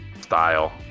style